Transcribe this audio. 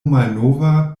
malnova